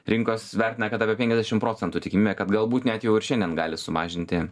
rinkos vertina kad apie penkiasdešim procentų tikimybė kad galbūt net jau ir šiandien gali sumažinti